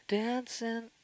dancing